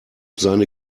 seine